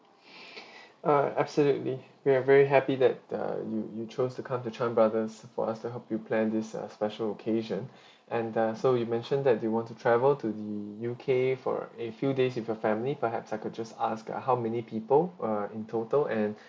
uh absolutely we are very happy that uh you you chose to come to chan brothers for us to help you plan this uh special occasion and uh so you mentioned that you want to travel to the U_K for a few days with your family perhaps I could just ask uh how many people uh in total and